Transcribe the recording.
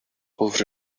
over